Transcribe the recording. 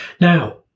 Now